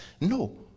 no